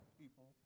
people